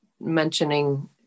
mentioning